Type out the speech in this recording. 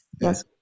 Yes